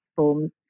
forms